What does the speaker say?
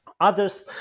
others